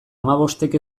hamabostek